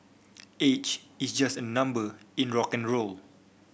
age is just a number in rock n roll